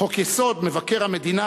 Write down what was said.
חוק-יסוד: מבקר המדינה,